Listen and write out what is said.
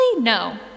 no